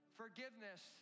forgiveness